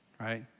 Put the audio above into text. right